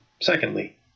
Secondly